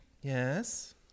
Yes